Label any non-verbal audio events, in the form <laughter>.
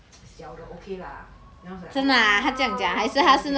<noise> 小的 okay lah then I was like ah okay okay